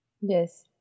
yes